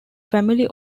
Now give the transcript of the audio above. family